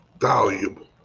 valuable